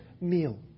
meal